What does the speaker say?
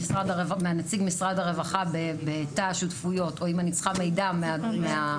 מנציג משרד הרווחה בתא השותפויות או אם אני צריכה מידע מהמוקדן,